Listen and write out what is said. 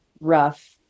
rough